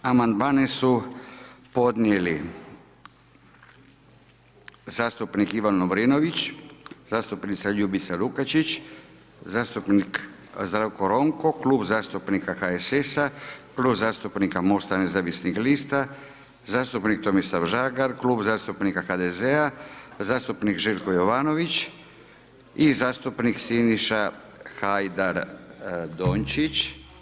Amandmane su podnijeli zastupnik Ivan Lovrinović, zastupnica Ljubica Lukačić, zastupnik Zdravo Ronko, Klub zastupnika HSS-a, Klub zastupnika MOST-a nezavisnih lista, zastupnik Tomislav Žagar, Klub zastupnika HDZ-a, zastupnik Željko Jovanović i zastupnik Siniša Hajdaš Dončić.